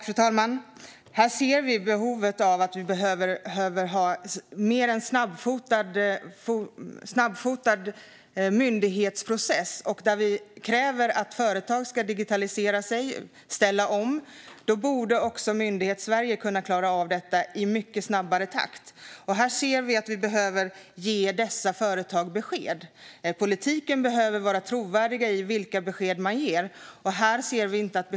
Fru talman! Vi ser här behovet av en mer snabbfotad myndighetsprocess. När vi kräver att företag ska digitalisera och ställa om borde också Myndighetssverige kunna klara av detta i mycket snabbare takt. Vi behöver ge dessa företag besked. Politiken behöver vara trovärdig när det gäller de besked man ger. Här har beskeden inte kommit.